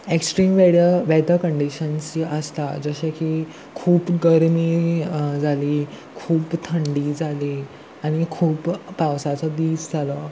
extreme weather weather conditions जी आसता जशे की खूब गर्मी जाली खूब थंडी जाली आनी खूब पावसाचो दीस जालो